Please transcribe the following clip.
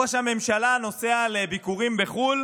ראש הממשלה נוסע לביקורים בחו"ל